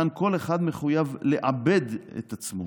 כאן כל אחד מחויב 'לעבד' את עצמו,